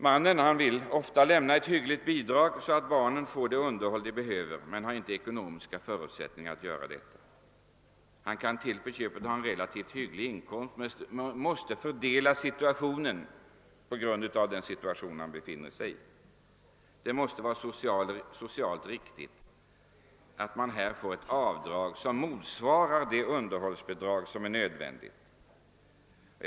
Mannen vill ofta lämna ett hyggligt bidrag för att barnen skall få det underhåll de behöver men har inte ekonomiska förutsättningar att göra det. Han kan kanske ha en hygglig inkomst men måste fördela inkomsten på grund av den situation han befinner sig i. Det måste vara socialt riktigt att han får ett avdrag som motsvarar det underhållsbidrag som han måste ge.